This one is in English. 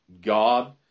God